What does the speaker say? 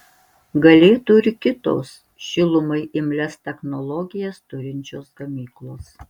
galėtų ir kitos šilumai imlias technologijas turinčios gamyklos